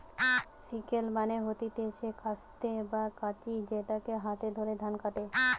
sickle মানে হতিছে কাস্তে বা কাঁচি যেটাতে হাতে করে ধান কাটে